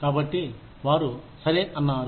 కాబట్టి వారు సరే అన్నారు